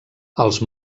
els